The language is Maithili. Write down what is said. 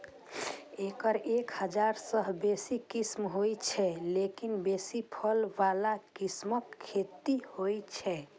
एकर एक हजार सं बेसी किस्म होइ छै, लेकिन बेसी फल बला किस्मक खेती होइ छै